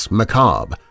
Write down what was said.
macabre